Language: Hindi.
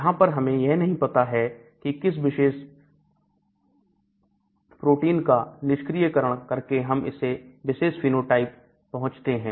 यहां पर हमें यह नहीं पता है कि किस विशेष दिन का निष्क्रिय करण करके हम इस विशेष फेनोटाइप पहुंचते हैं